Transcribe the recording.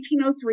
1803